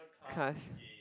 cause